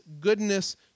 goodness